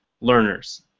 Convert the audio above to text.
learners